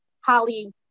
Holly